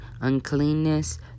uncleanness